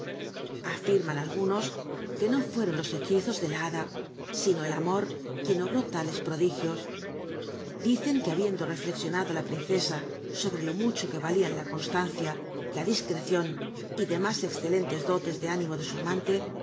n algunos que no fueron los hechizos de ht hada sino el amor r uicn obró lalcs prodigio dicen c uc habiendo retlexionado la princesa obre lo mucho que valía la constancia la di crecion l clemits c cclenle elotes de mimo d su amante